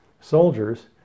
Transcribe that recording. soldiers